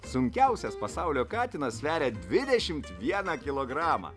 sunkiausias pasaulio katinas sveria dvidešimt vieną kilogramą